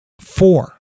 Four